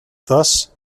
thus